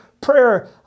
prayer